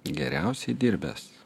geriausiai dirbęs